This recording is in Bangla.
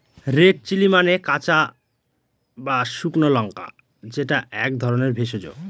রেড চিলি মানে কাঁচা বা শুকনো লঙ্কা যেটা এক ধরনের ভেষজ